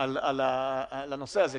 אמונים על החזרת המשק לפעילות.